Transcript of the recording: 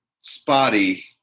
spotty